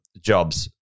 jobs